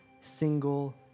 single